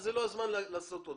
זה לא הזמן לדבר עוד.